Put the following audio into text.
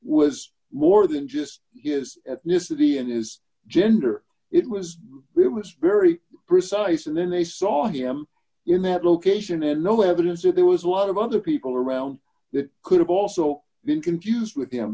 was more than just his ethnicity it is gender it was really just very precise and then they saw him in that location and no evidence that there was a lot of other people around that could have also been confused with